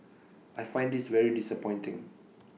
I find this very disappointing